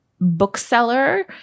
Bookseller